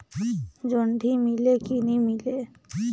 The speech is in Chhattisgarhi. जोणी मीले कि नी मिले?